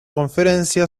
conferencia